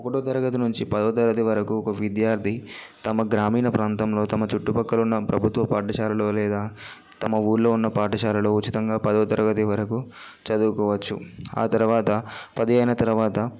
ఒకటవ తరగతి నుంచి పదో తరగతి వరకు ఒక విద్యార్థి తమ గ్రామీణ ప్రాంతంలో తమ చుట్టుపక్కల ఉన్న ప్రభుత్వ పాఠశాలలో లేదా తమ ఊరిలో ఉన్న పాఠశాలలో ఉచితంగా పదవ తరగతి వరకు చదువుకోవచ్చు ఆ తరువాత పదిహేను తర్వాత